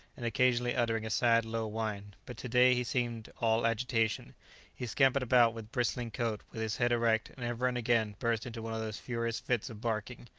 and occasionally uttering a sad low whine but to-day he seemed all agitation he scampered about with bristling coat, with his head erect, and ever and again burst into one of those furious fits of barking,